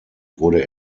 wurde